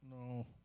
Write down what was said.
no